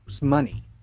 money